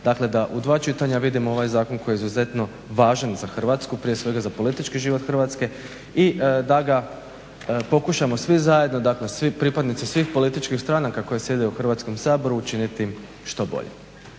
prakse, da u 2 čitanja vidimo ovaj zakon koji je izuzetno važan za Hrvatsku, prije svega za politički život Hrvatske i da ga pokušamo svi zajedno, dakle pripadnici svih političkih stranaka koje sjede u Hrvatskom saboru učiniti što boljim.